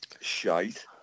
Shite